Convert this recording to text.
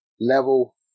level